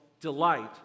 delight